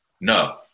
No